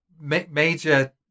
Major